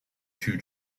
two